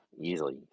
easily